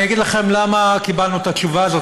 אני אגיד לכם למה קיבלנו את התשובה הזאת,